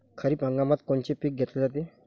खरिप हंगामात कोनचे पिकं घेतले जाते?